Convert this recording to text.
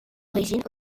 origine